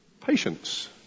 patience